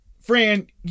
friend